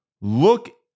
look